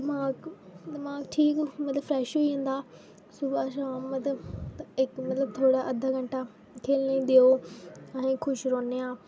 दमाक दमाक ठीक मतलब फ्रेश होई जंदा सुबह् शाम ते इक मतलब थोह्ड़ा अद्धा घैंटा खेल्लनें ई देओ अहें ई खुश रौह्न्ने आं